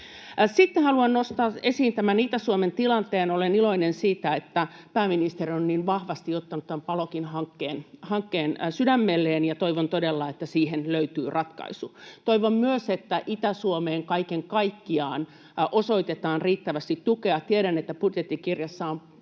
Sitten haluan nostaa esiin Itä-Suomen tilanteen. Olen iloinen siitä, että pääministeri on niin vahvasti ottanut tämän Palokin hankkeen sydämelleen, ja toivon todella, että siihen löytyy ratkaisu. Toivon myös, että Itä-Suomeen kaiken kaikkiaan osoitetaan riittävästi tukea. Tiedän, että budjettikirjassa on